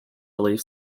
belief